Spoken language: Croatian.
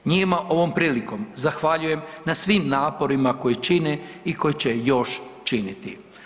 Njima ovom prilikom zahvaljujem na svim naporima koje čine i koji će još činiti.